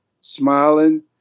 smiling